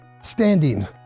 standing